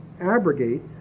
abrogate